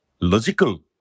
logical